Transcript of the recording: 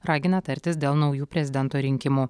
ragina tartis dėl naujų prezidento rinkimų